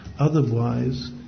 otherwise